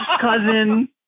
Cousin